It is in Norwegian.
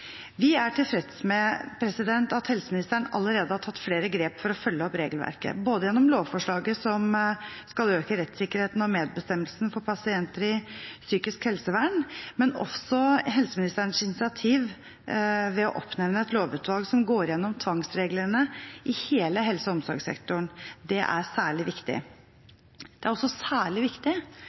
Vi er tilfreds med at helseministeren allerede har tatt flere grep for å følge opp regelverket, bl.a. gjennom lovforslaget som skal øke rettssikkerheten og medbestemmelsen for pasienter i psykisk helsevern, og helseministeren har også tatt initiativ til å oppnevne et lovutvalg som går gjennom tvangsreglene i hele helse- og omsorgssektoren. Det er særlig viktig. Det er også særlig viktig